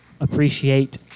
Appreciate